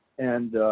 and